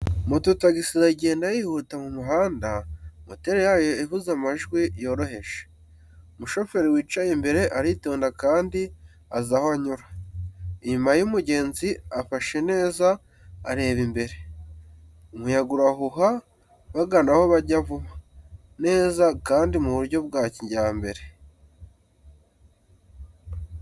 Moto taxi iragenda yihuta mu mihanda, moteri yayo ivuza amajwi yoroheje. Umushoferi wicaye imbere aritonda kandi azi aho anyura. Inyuma ye, umugenzi afashe neza, areba imbere. Umuyaga urahuha, bagana aho bajya vuba, neza, kandi mu buryo bwa kijyambere.